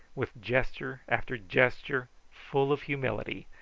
with gesture after gesture full of humility,